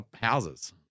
houses